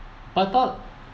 I thought